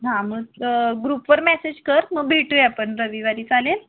हां मग त ग्रुपवर मेसेज कर मग भेटूया आपण रविवारी चालेल